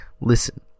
listen